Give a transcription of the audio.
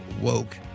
woke